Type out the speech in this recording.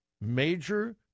major